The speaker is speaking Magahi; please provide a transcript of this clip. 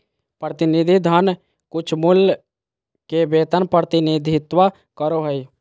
प्रतिनिधि धन कुछमूल्य के वेतन प्रतिनिधित्व करो हइ